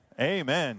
Amen